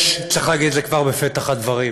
צריך להגיד את זה כבר בפתח הדברים: